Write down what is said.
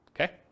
Okay